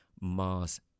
Mars